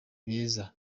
beza